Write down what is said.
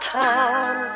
time